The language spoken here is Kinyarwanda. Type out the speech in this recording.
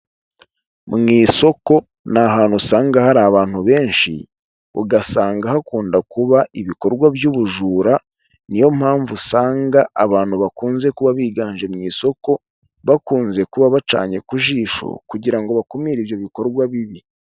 Mu isoko ni ahantu usanga hari abantu benshi, ugasanga hakunda kuba ibikorwa by'ubujura, niyo mpamvu usanga abantu bakunze kuba biganje mu isoko bakunze kuba bacanye ku jisho kugira ngo bakumire ibyo bikorwa bibi.